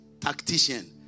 tactician